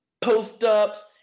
post-ups